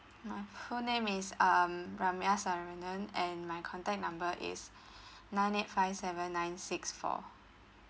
my full name is um brahmayya saarinen and my contact number is nine eight five seven nine six four